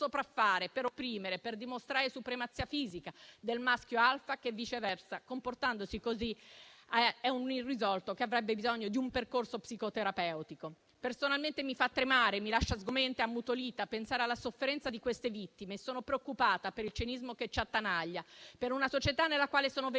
per dimostrare la supremazia fisica del maschio alfa, che viceversa, comportandosi così, è un irrisolto che avrebbe bisogno di un percorso psicoterapeutico. Personalmente mi fa tremare e mi lascia sgomenta e ammutolita pensare alla sofferenza di queste vittime. Sono preoccupata per il cinismo che ci attanaglia, per una società nella quale sono venuti